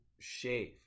shave